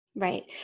Right